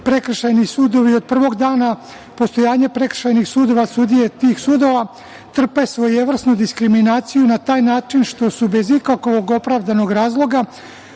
prekršajni sudovi. Od prvog dana postojanja prekršajnih sudova sudije tih sudova trpe svojevrsnu diskriminaciju na taj način što su bez ikakvog opravdanog razloga